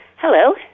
Hello